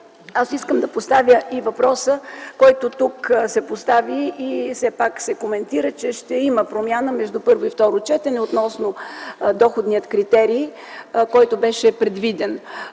аз искам да поставя въпроса, който тук се повдигна и все пак се коментира, че ще има промяна между първо и второ четене относно доходния критерий, който беше предвиден.